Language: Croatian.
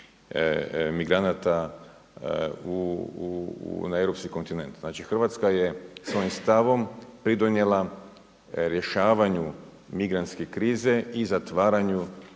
migranata na europski kontinent. Znači Hrvatska je svojim stavom pridonijela rješavanju migrantske krize i zatvaranju